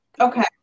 Okay